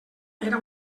era